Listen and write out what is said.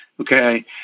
okay